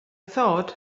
thought